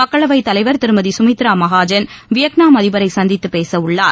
மக்களவை தலைவர் திருமதி சுமித்ரா மகாஜன் வியாட்நாம் அதிபரை சந்தித்து பேச உள்ளார்